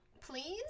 please